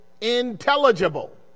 intelligible